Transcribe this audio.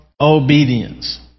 obedience